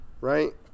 Right